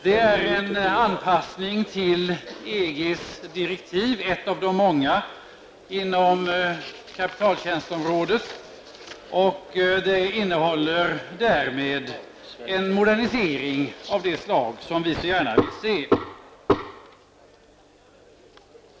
Det är en anpassning till EGs direktiv, ett av de många, inom kapitaltjänstområdet och innehåller därmed en modernisering av det slag som vi så gärna vill se.